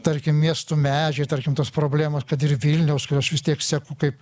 tarkim miestų medžiai tarkim tos problemos kad ir vilniaus kur aš vis tiek seku kaip